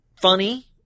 funny